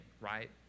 right